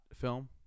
film